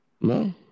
No